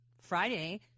Friday